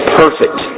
perfect